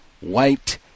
white